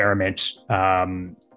experiment